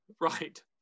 Right